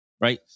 right